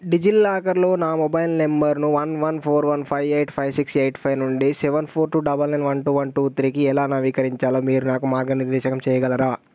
డిజిలాకర్లో నా మొబైల్ నంబర్ను one one four one five eight five six eight five నుండి seven four two double nine one two one two త్రీకి ఎలా నవీకరించాలో మీరు నాకు మార్గనిర్దేశకం చేయగలరా